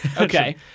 Okay